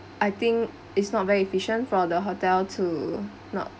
I think it's not very efficient for the hotel to not